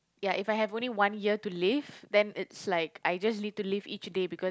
ya if I have only one year to live then it's like I just need to live each day because